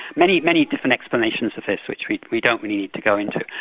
many, many different explanations of this, which we we don't need to go into.